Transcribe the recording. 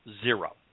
Zero